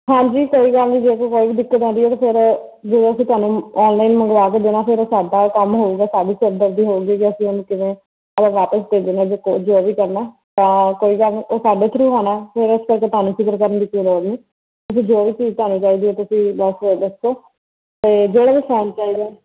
ਹਾਂਜੀ ਕੋਈ ਗੱਲ ਨਹੀਂ ਜੇਕਰ ਕੋਈ ਵੀ ਦਿੱਕਤ ਆਉਂਦੀ ਹੈ ਅਤੇ ਫਿਰ ਜੇ ਅਸੀਂ ਤੁਹਾਨੂੰ ਆਨਲਾਈਨ ਮੰਗਵਾ ਕੇ ਦੇਣਾ ਫਿਰ ਸਾਡਾ ਕੰਮ ਹੋਊਗਾ ਸਾਡੀ ਸਿਰਦਰਦੀ ਹੋਊਗੀ ਜੇ ਅਸੀਂ ਉਹਨੂੰ ਕਿਵੇਂ ਆਪਾਂ ਵਾਪਸ ਭੇਜਣਾ ਜੇਕਰ ਜੋ ਵੀ ਕਰਨਾ ਤਾਂ ਕੋਈ ਗੱਲ ਨਹੀਂ ਉਹ ਸਾਡੇ ਥਰੂ ਆਉਣਾ ਫੇਰ ਇਸ ਕਰਕੇ ਤੁਹਾਨੂੰ ਫਿਕਰ ਕਰਨ ਦੀ ਕੋਈ ਲੋੜ ਨਹੀਂ ਅਤੇ ਜੋ ਵੀ ਚੀਜ਼ ਤੁਹਾਨੂੰ ਚਾਹੀਦੀ ਹੈ ਤੁਸੀਂ ਦੱਸੋ ਅਤੇ ਜਿਹੜਾ ਵੀ ਫੋਨ ਚਾਹੀਦਾ